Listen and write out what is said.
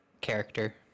character